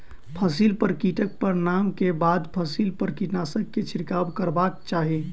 फसिल पर कीटक प्रमाण के बाद फसिल पर कीटनाशक के छिड़काव करबाक चाही